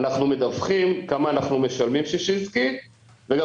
אנחנו מדווחים כמה אנחנו משלמים ששינסקי וגם